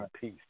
peace